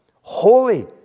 Holy